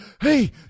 Hey